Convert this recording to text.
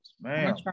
man